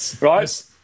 Right